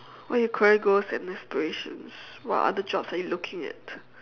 what are your career goals and aspirations what other jobs are you looking at